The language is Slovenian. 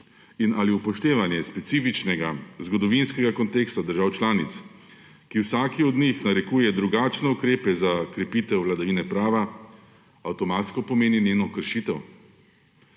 to? Ali upoštevanje specifičnega zgodovinskega konteksta držav članic, ki vsaki od njih narekuje drugačne ukrepe za krepitev vladavine prava, avtomatsko pomeni njeno kršitev?